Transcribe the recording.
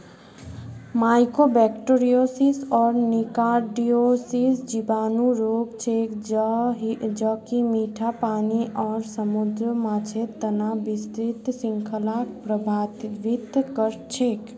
mycobacteriosis आर nocardiosis जीवाणु रोग छेक ज कि मीठा पानी आर समुद्री माछेर तना विस्तृत श्रृंखलाक प्रभावित कर छेक